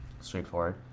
Straightforward